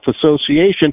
Association